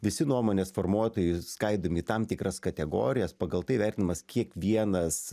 visi nuomonės formuotojai skaidomi į tam tikras kategorijas pagal tai vertinamas kiekvienas